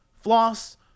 floss